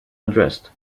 addressed